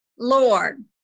lord